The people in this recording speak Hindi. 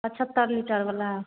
पचहत्तर लिटर वाला